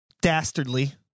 dastardly